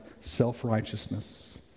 self-righteousness